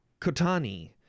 Kotani